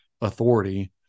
authority